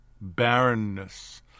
barrenness